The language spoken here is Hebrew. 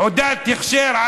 תעודת הכשר,